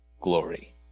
glory